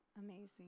amazing